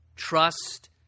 Trust